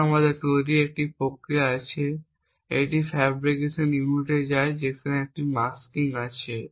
এখন আমাদের তৈরি করার একটি প্রক্রিয়া আছে এটি ফ্যাব্রিকেশন ইউনিটে যায় সেখানে একটি মাস্কিং আছে